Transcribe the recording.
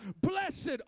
Blessed